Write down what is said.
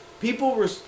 people